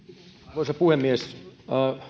arvoisa puhemies